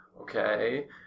okay